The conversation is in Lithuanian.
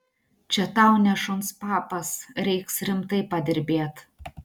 čia tau ne šuns papas reiks rimtai padirbėt